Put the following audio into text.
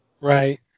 right